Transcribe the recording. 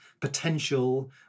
potential